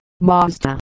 Mazda